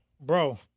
Bro